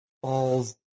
Falls